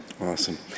Awesome